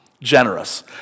generous